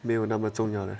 没有那么重要的